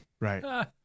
Right